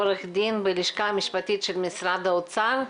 עו"ד בלשכה המשפטית של משרד האוצר,